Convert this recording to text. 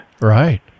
Right